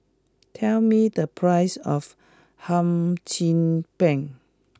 tell me the price of Hum Chim Peng